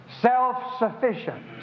Self-sufficient